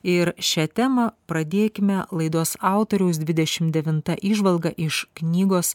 ir šią temą pradėkime laidos autoriaus dvidešim devinta įžvalga iš knygos